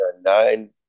nine